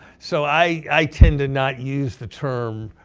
so i tend to not use the term